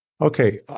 Okay